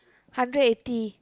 hundred eighty